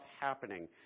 happening